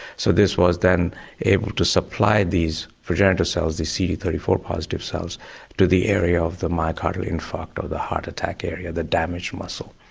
so this was then able to supply these progenitor cells these c d three four plus positive cells to the area of the myocardial infarct or the heart attack area, the damaged muscle,